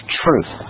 truth